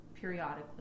periodically